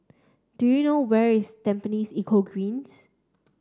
do you know where is Tampines Eco Greens